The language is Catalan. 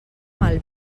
mal